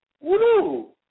Woo